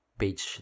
page